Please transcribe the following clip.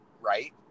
Right